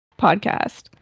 podcast